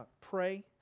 pray